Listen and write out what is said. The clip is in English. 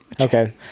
okay